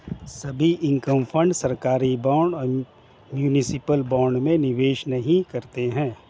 सभी income fund सरकारी bond और म्यूनिसिपल बॉन्ड में निवेश नहीं करते हैं